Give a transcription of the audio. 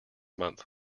month